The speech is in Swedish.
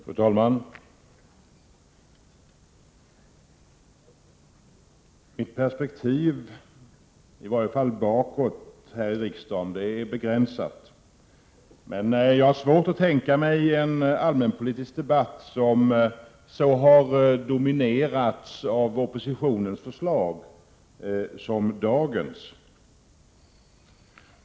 Fru talman! Mitt perspektiv — i varje fall bakåt — här i riksdagen är begränsat. Men jag har svårt att tänka mig en allmänpolitisk debatt som så har dominerats av oppositionens förslag som dagens.